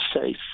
safe